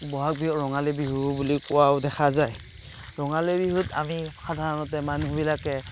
ব'হাগ বিহুক ৰঙালী বিহু বুলি কোৱাও দেখা যায় ৰঙালী বিহুত আমি সাধাৰণতে মানুহবিলাকে